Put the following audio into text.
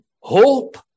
hope